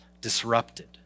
disrupted